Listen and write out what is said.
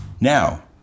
Now